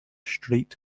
street